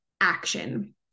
action